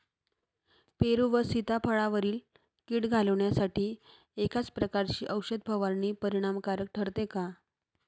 पेरू व सीताफळावरील कीड घालवण्यासाठी एकाच प्रकारची औषध फवारणी परिणामकारक ठरते का?